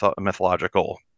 mythological